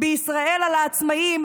בישראל על העצמאים,